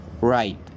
right